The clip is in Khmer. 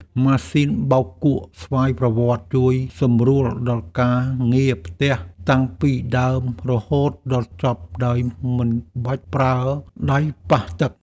ម៉ាស៊ីនបោកគក់ស្វ័យប្រវត្តិជួយសម្រួលដល់ការងារផ្ទះតាំងពីដើមរហូតដល់ចប់ដោយមិនបាច់ប្រើដៃប៉ះទឹក។